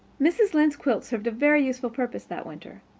mrs. lynde's quilts served a very useful purpose that winter.